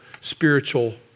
spiritual